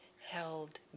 held